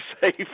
safe